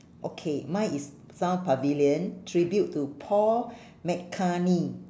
okay mine is south pavilion tribute to paul mccartney